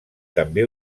també